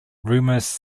rumours